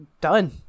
done